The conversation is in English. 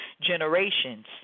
generations